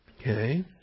Okay